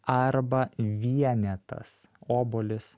arba vienetas obuolys